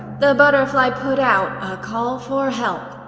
the butterfly put out a call for help.